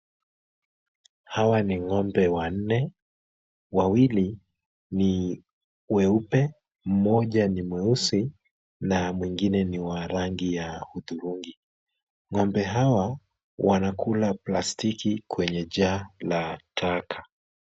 Hawa ni ng'ombe wanne, wawili ni weupe, mmoja ni mweusi na mwingine ni wa rangi ya hudhurungi. Ng'ombe hawa wanakula plastiki kwenye jaa la taka.